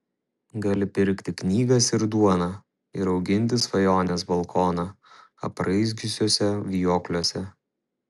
gali pirkti knygas ir duoną ir auginti svajones balkoną apraizgiusiuose vijokliuose